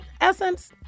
Essence